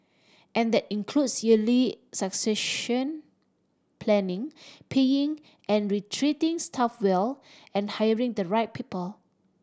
and that includes early succession planning paying and retreating staff well and hiring the right people